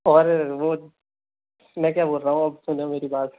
और वो मैं क्या बोल रहा हूँ आप समझो मेरी बात